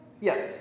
yes